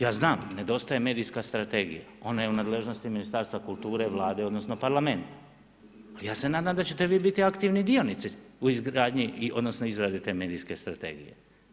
Ja znam, nedostaje medijska strategija, ona je u nadležnosti Ministarstva kulture, Vlade odnosno Parlamenta, ali ja se nadam da ćete vi biti aktivni dionici u izgradnji odnosno u izradi te medijske strategije.